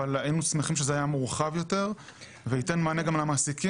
אבל היינו שמחים שזה היה מורחב יותר וייתן מענה גם למעסיקים,